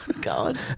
God